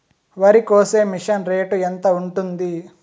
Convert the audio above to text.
వరికోసే machine rate ఎంత ఉంటుంది?